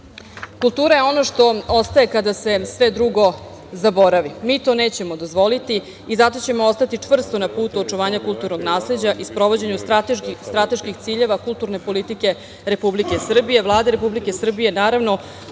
celini. Kultura je ono što ostaje kada se sve drugo zaboravi. Mi to nećemo dozvoliti i zato ćemo ostati čvrsto na putu očuvanja kulturnog nasleđa i sprovođenju strateških ciljeva kulturne politike Republike Srbije, Vlade Republike Srbije, naravno